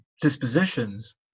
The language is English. dispositions